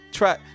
try